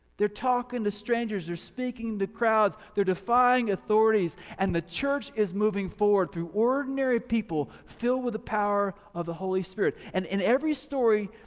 they're talking to strangers, they're speaking to crowds, they're defying authorities and the church is moving forward through ordinary people filled with the power of the holy spirit and in every story,